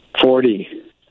Forty